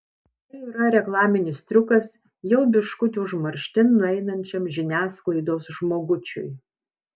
tai yra reklaminis triukas jau biškutį užmarštin nueinančiam žiniasklaidos žmogučiui